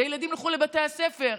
הילדים ילכו לבתי הספר,